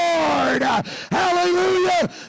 hallelujah